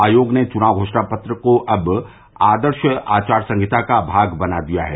आयोग ने चुनाव घोषणा पत्र को अब आदर्श आचार संहिता का भाग बना दिया है